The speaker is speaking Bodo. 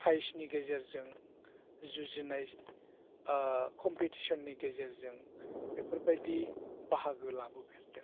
प्राइजनि गेजेरजों जुजिनाय कम्पिटिसननि गेजेरजों बेफोरबादि बाहागो लाबोफेरदों